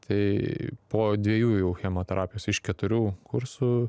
tai po dviejų jau chemoterapijos iš keturių kursų